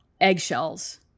eggshells